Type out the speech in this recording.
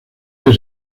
que